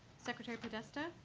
secretary podesta?